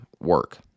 work